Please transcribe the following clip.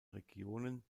regionen